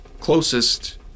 closest